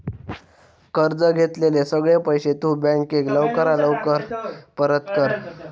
कर्ज घेतलेले सगळे पैशे तु बँकेक लवकरात लवकर परत कर